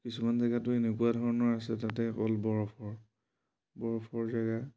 কিছুমান জেগাটো এনেকুৱা ধৰণৰ আছে তাতে অকল বৰফৰ বৰফৰ জেগা